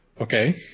okay